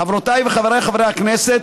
חברותיי וחבריי חברי הכנסת,